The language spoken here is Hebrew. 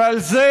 ועל זה,